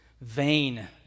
vain